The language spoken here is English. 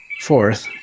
Fourth